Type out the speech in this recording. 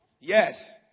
Yes